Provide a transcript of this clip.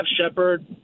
Shepard